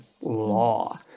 law